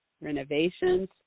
renovations